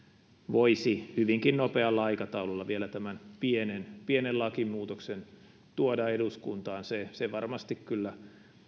voisi hyvinkin nopealla aikataululla vielä tämän pienen pienen lakimuutoksen tuoda eduskuntaan se se varmasti kyllä